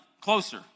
closer